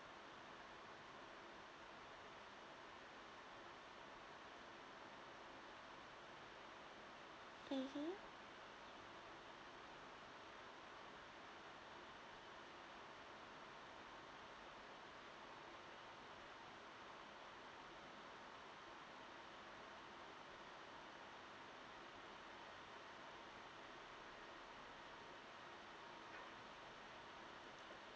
mmhmm